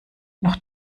noch